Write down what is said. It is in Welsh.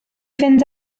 fynd